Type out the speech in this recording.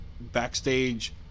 backstage